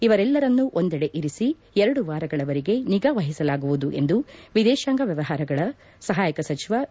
ಇವರೆಲ್ಲರನ್ನೂ ಒಂದೆಡೆ ಇರಿಸಿ ಎರಡು ವಾರಗಳವರೆಗೆ ನಿಗಾ ವಹಿಸಲಾಗುವುದುದು ಎಂದು ವಿದೇಶಾಂಗ ವಿದೇಶಾಂಗ ವ್ಯವಹಾರಗಳ ಸಹಾಯಕ ಸಚಿವ ವಿ